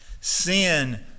sin